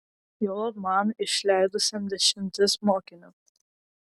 juolab man išleidusiam dešimtis mokinių